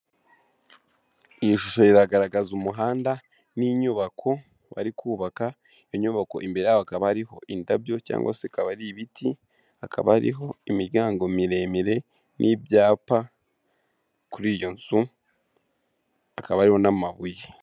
Iyi shusho iragaragaza umuhanda n'inyubako bari kubaka iyo nyubako imbere yaho hakaba hariho indabyo cyangwa se akaba ari ibiti hakaba hariho imiryango miremire n'ibyapa kuri iyo nzu hakaba hariho n'amabuye.